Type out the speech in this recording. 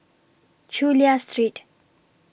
Chulia Street